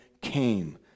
came